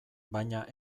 baina